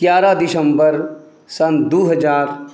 एगारह दिसम्बर सन दू हजार